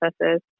processes